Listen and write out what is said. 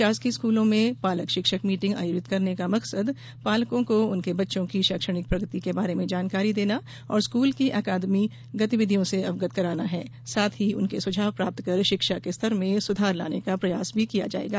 शासकीय स्कूलों में पालक शिक्षक मीटिंग आयोजित करने का मकसद पालकों को उनके बच्चों की शैक्षणिक प्रगति के बारे में जानकारी देना और स्कूल की अकादमी गतिविधियों से अवगत कराना है साथ ही उनके सुझाव प्राप्त कर शिक्षा के स्तर में सुधार लाने का प्रयास भी किया जायेगा